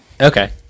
Okay